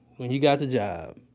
when you got the job,